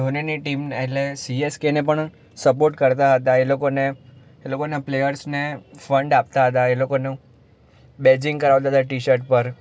ધોનીની team એટલે કે સીએસકેને પણ સપોર્ટ કરતા હતા એ લોકોને એ લોકોના પ્લેયર્સને ફંડ આપતા હતા એ લોકોનું બેજિંગ કરાવતા હતા ટી શર્ટ પર